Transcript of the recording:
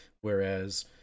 whereas